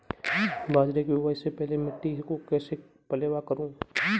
बाजरे की बुआई से पहले मिट्टी को कैसे पलेवा करूं?